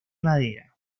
madera